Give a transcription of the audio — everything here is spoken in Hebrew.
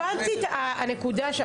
הבנתי את הנקודה.